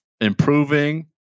improving